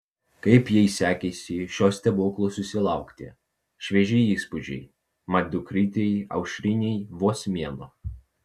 kaip jai sekėsi šio stebuklo susilaukti švieži įspūdžiai mat dukrytei aušrinei vos mėnuo